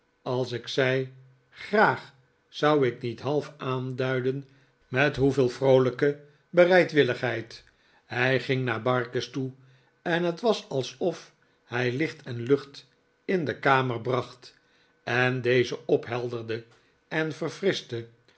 als ik zei graag zou ik niet half aanduiden met hoeveel vroolijke bereidwilligheid hij ging naar barkis toe en het was alsof hij licht en lucht in de kamer bracht en deze ophelderde en